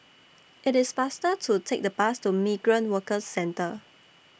IT IS faster to Take The Bus to Migrant Workers Centre